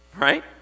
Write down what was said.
Right